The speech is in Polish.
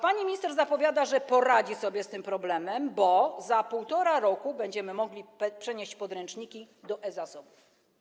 Pani minister zapowiada, że poradzi sobie z tym problemem, bo za 1,5 roku będziemy mogli przenieść podręczniki do e-zasobów.